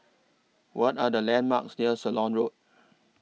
What Are The landmarks near Ceylon Road